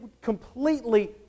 completely